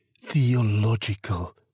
theological